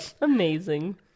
Amazing